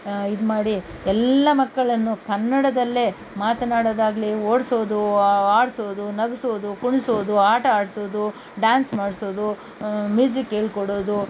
ಇದ್ಮಾಡಿ ಎಲ್ಲ ಮಕ್ಕಳನ್ನೂ ಕನ್ನಡದಲ್ಲೇ ಮಾತನಾಡೋದಾಗಲಿ ಓಡಿಸೋದು ಆಡಿಸೋದು ನಗಿಸೋದು ಕುಣಿಸೋದು ಆಟ ಆಡಿಸೋದು ಡ್ಯಾನ್ಸ್ ಮಾಡಿಸೋದು ಮ್ಯೂಸಿಕ್ ಹೇಳ್ಕೊಡೋದು